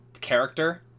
character